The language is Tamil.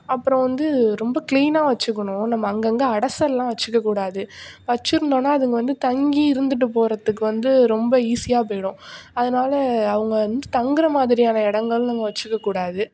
அப்புறம் வந்து ரொம்ப கிளீனாக வச்சிக்கணும் நம்ம அங்கங்கே அடைசல்லா வச்சுக்க கூடாது வச்சிருந்தோம்னா அதுங்க வந்து தங்கி இருந்துவிட்டு போகிறதுக்கு வந்து ரொம்ப ஈஸியாக போய்டும் அதனால அவங்க வந்து தங்குற மாதிரியான எடங்கள் அங்கே வச்சுக்க கூடாது